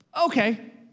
okay